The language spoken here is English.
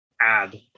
add